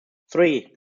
three